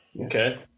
Okay